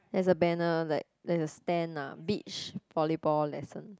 there's a banner like there's a stand ah beach volleyball lessons